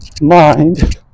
mind